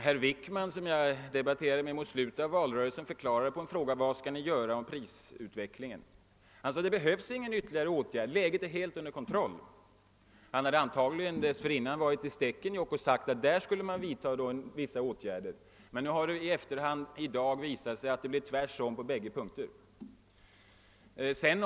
Herr Wickman, som jag debatterade med mot slutet av valrörelsen, förklarade efter en fråga om vad man skulle göra åt prisutvecklingen: »Det behövs ingen ytterligare åtgärd. Läget är helt under kontroll.« Han hade antagligen dessförinnan varit i Stekenjokk och sagt att där skulle man vidta vissa åtgärder. I dag har det visat sig att det blev tvärtom på bägge punkterna.